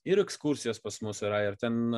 ir ekskursijas pas mus yra ir ten